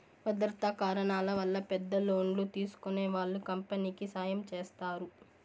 భద్రతా కారణాల వల్ల పెద్ద లోన్లు తీసుకునే వాళ్ళు కంపెనీకి సాయం చేస్తారు